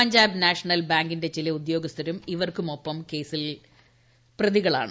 Punjab National ബാങ്കിന്റെ ചില ഉദ്യോഗസ്ഥരും ഇരുവർക്കുമൊപ്പം കേസിൽ പ്രതികളാണ്